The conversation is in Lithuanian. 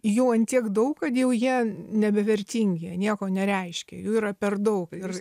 jau ant tiek daug kad jau jie nebevertingi nieko nereiškia jų yra per daug ir